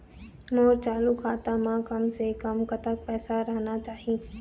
मोर चालू खाता म कम से कम कतक पैसा रहना चाही?